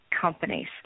companies